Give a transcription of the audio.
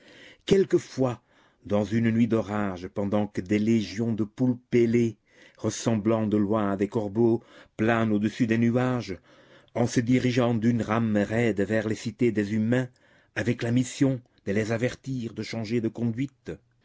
quelquefois dans une nuit d'orage pendant que des légions de poulpes ailés ressemblant de loin à des corbeaux planent au-dessus des nuages en se dirigeant d'une rame raide vers les cités des humains avec la mission de les avertir de changer de conduite